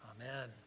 amen